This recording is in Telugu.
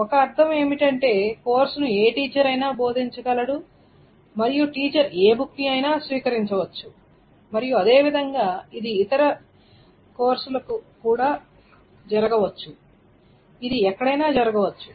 ఒక అర్ధం ఏమిటంటే కోర్సును ఏ టీచర్ అయినా బోధించగలడు మరియు టీచర్ ఏ బుక్ ని అయినా స్వీకరించవచ్చు మరియు అదేవిధంగా ఇది చాలా ఇతర కోర్సులతో కూడా జరగవచ్చు ఇది ఎక్కడైనా జరగవచ్చు